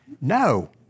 No